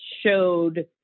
showed